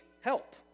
Help